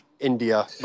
India